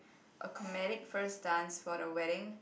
a comedic first dance for the wedding